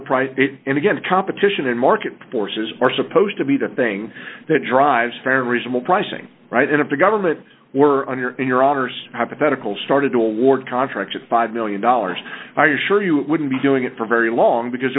a price and again competition and market forces are supposed to be the thing that drives fair and reasonable pricing right and if the government were under your honour's hypothetical started toward contract at five million dollars i assure you it wouldn't be doing it for very long because